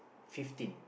fifteen